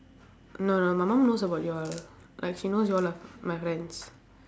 no no my mom knows about you all like she knows you all are my friends